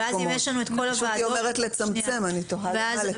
היא אומרת לצמצם, ואני תוהה למה לצמצם.